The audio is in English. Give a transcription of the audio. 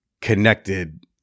connected